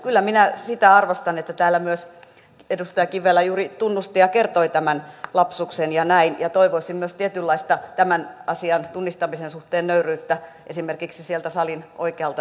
kyllä minä sitä arvostan että täällä myös edustaja kivelä juuri tunnusti ja kertoi tämän lapsuksen ja näin ja toivoisin myös tietynlaista nöyryyttä tämän asian tunnistamisen suhteen esimerkiksi sieltä salin oikealta laidalta